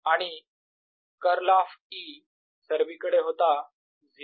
आणि curl of E सर्वीकडे होता 0